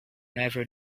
never